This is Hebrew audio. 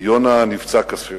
יונה נפצע קשה